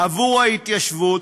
עבור ההתיישבות,